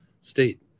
state